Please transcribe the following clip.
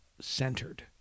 centered